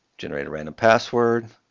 generate a random password.